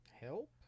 Help